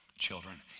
children